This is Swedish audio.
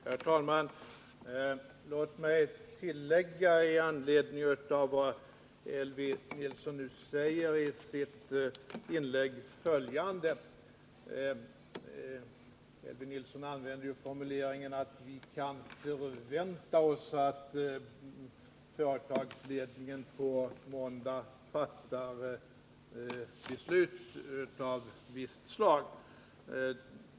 Herr talman! Låt mig tillägga följande med anledning av vad Elvy Nilsson nu säger. Kan vi förvänta oss, frågar Elvy Nilsson, att företagsledningen på måndag fattar beslut av visst slag?